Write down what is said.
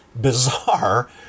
bizarre